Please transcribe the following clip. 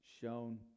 shown